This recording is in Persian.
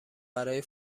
برای